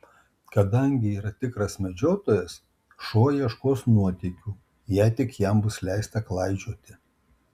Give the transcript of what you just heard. kadangi yra tikras medžiotojas šuo ieškos nuotykių jei tik jam bus leista klaidžioti